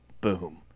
boom